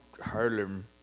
Harlem